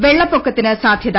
വെള്ളപ്പൊക്കത്തിനു സാധ്യത